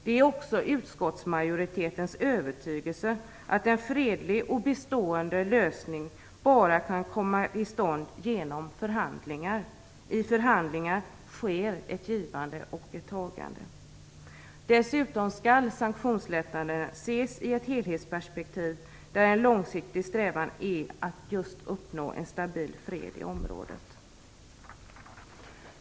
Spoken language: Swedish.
Det är också utskottsmajoritetens övertygelse att en fredlig och bestående lösning bara kan komma till stånd genom förhandlingar. I förhandlingar sker ett givande och ett tagande. Dessutom skall sanktionslättnaderna ses i ett helhetsperspektiv, där en långsiktig strävan är att just uppnå en stabil fred i området.